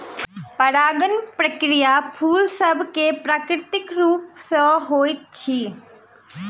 परागण प्रक्रिया फूल सभ मे प्राकृतिक रूप सॅ होइत अछि